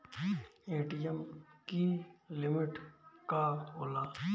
ATM की limit का होला?